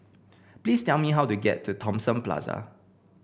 please tell me how to get to Thomson Plaza